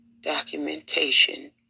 documentation